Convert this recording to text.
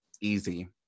easy